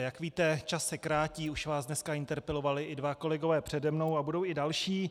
Jak víte, čas se krátí, už vás dneska interpelovali i dva kolegové přede mnou a budou i další.